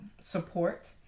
support